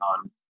on